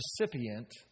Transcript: recipient